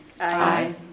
Aye